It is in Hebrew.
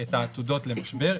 את העתודות למשבר,